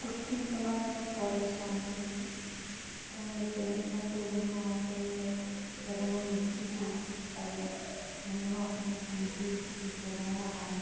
रुट्टी बनाने दी परेशानी ते निक्के निक्के होंदे जियां अस जंदू में निक्की ही ते मम्मी ने असेंगी मिगी फुलके बनाने गी लाना